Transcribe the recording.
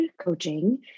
coaching